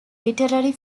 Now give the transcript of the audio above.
literary